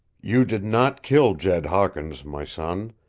you did not kill jed hawkins, my son,